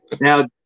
Now